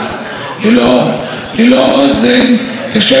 34 הרוגים מתחילת השנה.